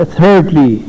thirdly